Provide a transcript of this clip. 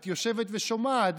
את יושבת ושומעת,